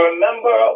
remember